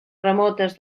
remotes